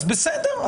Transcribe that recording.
אז בסדר,